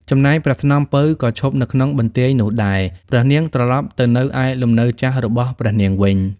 ចំណែកព្រះស្នំពៅ ក៏ឈប់នៅក្នុងបន្ទាយនោះដែរ ព្រះនាងត្រឡប់ទៅនៅឯលំនៅចាស់របស់ព្រះនាងវិញ ។